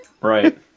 Right